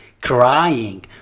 crying